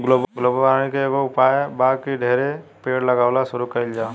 global warming के एकेगो उपाय बा की ढेरे पेड़ लगावल शुरू कइल जाव